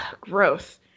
gross